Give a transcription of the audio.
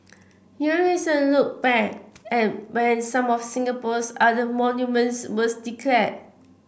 here is a look back at when some of Singapore's other monuments were declared